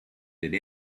did